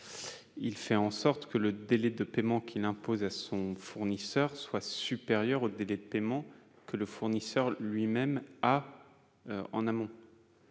il fait en sorte que le délai de paiement qu'il impose à son fournisseur soit supérieur aux délais de paiement auxquels le fournisseur est lui-même soumis en amont.